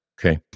okay